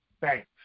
thanks